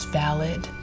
valid